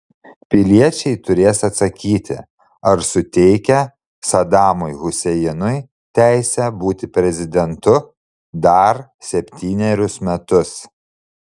piliečiai turės atsakyti ar suteikia sadamui huseinui teisę būti prezidentu dar septynerius metus